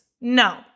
No